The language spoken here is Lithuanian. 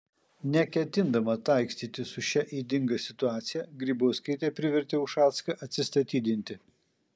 neketindama taikstytis su šia ydinga situacija grybauskaitė privertė ušacką atsistatydinti